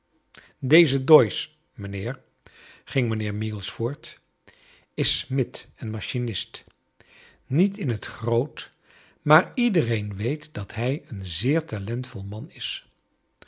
deze doyce mynheer ging mijnheer meagles voort is smid en machinist niet in t groot maar iedereen weet dat hij een zeer talentvol man is